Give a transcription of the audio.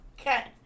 Okay